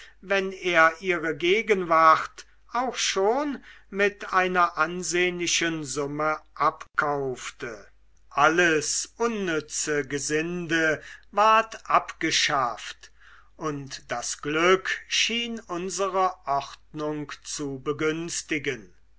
wenn er ihre gegenwart auch schon mit einer ansehnlichen summe abkaufte alles unnütze gesinde ward abgeschafft und das glück schien unsere ordnung zu begünstigen